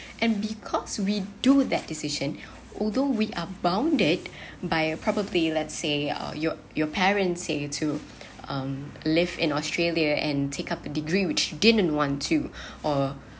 and because we do that decision although we are bounded by a probably let's say uh your your parents say to um live in australia and take up a degree which you didn't want to or